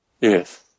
Yes